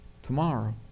tomorrow